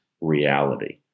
reality